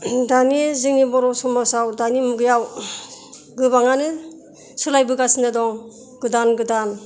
दानि जोङो बर' समाजआव दानि मुगायाव गोबांआनो सोलायबोगासिनो दं गोदान गोदान